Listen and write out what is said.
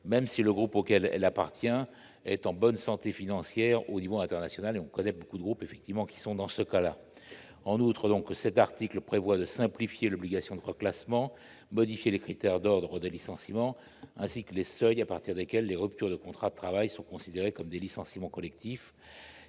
même si le groupe auquel elle appartient est en bonne santé financière au niveau international, on connaît beaucoup de groupes, effectivement, qui sont dans ce cas-là, en outre, donc cet article prévoit de simplifier le médiation de reclassements, modifier les critères d'ordre de licenciements ainsi que les seuils à partir desquels les ruptures de contrat de travail sont considérés comme des licenciements collectifs